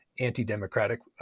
Anti-democratic